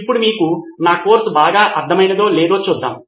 ఇప్పుడు మీకు నా కోర్సు బాగా అర్ధమైనదో లేదో చూద్దాం